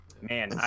Man